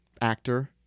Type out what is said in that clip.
Actor